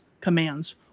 commands